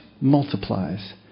multiplies